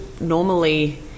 normally